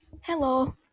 Hello